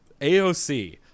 AOC